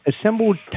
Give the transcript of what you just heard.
assembled